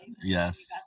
Yes